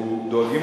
אנחנו דואגים,